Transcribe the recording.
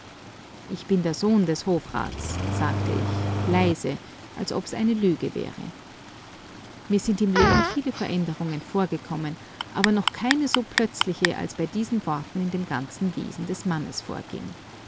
ich bin der sohn des hofrats sagte ich leise als ob's eine lüge wäre mir sind im leben viele veränderungen vorgekommen aber noch keine so plötzliche als bei diesen worten in dem ganzen wesen des mannes vorging